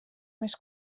més